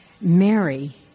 Mary